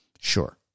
Sure